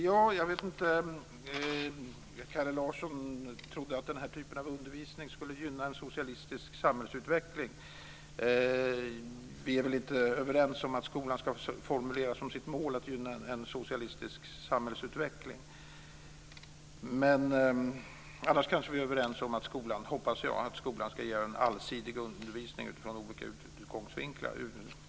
Fru talman! Kalle Larsson trodde att den här typen av undervisning skulle gynna en socialistisk samhällsutveckling. Vi är väl inte överens om att skolan ska formulera som sitt mål att gynna en socialistisk samhällsutveckling. Annars kanske vi är överens om, hoppas jag, att skolan ska ge en allsidig undervisning utifrån olika infallsvinklar.